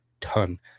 ton